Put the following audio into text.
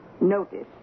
Notice